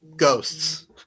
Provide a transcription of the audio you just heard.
ghosts